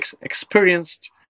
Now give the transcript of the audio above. experienced